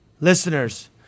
listeners